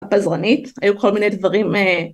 פזרנית היו כל מיני דברים